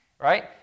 right